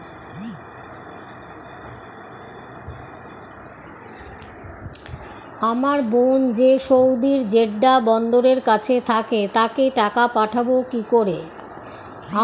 আমার বোন যে সৌদির জেড্ডা বন্দরের কাছে থাকে তাকে টাকা পাঠাবো কি করে?